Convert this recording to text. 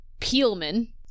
Peelman